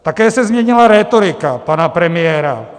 Také se změnila rétorika pana premiéra.